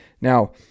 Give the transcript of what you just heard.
Now